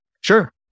Sure